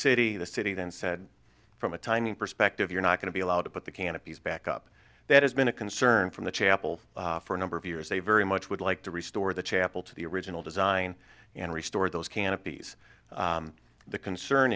city the city then said from a timing perspective you're not going to be allowed to put the canopies back up that has been a concern from the chapel for a number of years they very much would like to restore the chapel to the original design and restore those canopies the concern